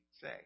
say